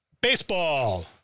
Baseball